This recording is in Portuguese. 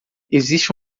existe